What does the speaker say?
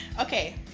Okay